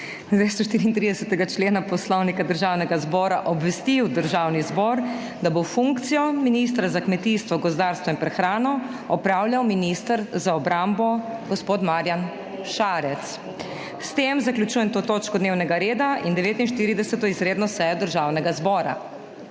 234. člena Poslovnika Državnega zbora obvestil Državni zbor, da bo funkcijo ministra za kmetijstvo, gozdarstvo in prehrano opravljal minister za obrambo, gospod Marjan Šarec. S tem zaključujem to točko dnevnega reda in 49. izredno sejo Državnega zbora.